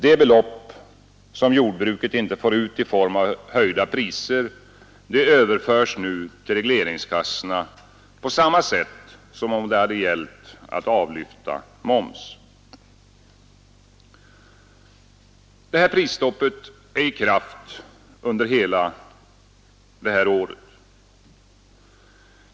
De belopp som jordbruket inte får ut i form av höjda priser överförs nu till regleringskassorna på samma sätt som om det gällt ett avlyft av moms. Prisstoppet är i kraft under hela det här året.